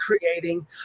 creating